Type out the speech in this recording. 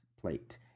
plate